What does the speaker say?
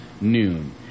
noon